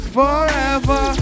forever